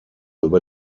über